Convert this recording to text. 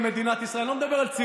מדבר אליי".